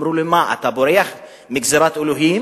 אמרו לו: מה, אתה בורח מגזירת אלוהים?